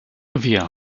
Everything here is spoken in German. wir